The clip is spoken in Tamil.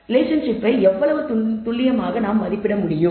ரிலேஷன்ஷிப்பை எவ்வளவு துல்லியமாக நாம் மதிப்பிட முடியும்